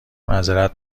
معذرت